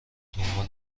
دنبال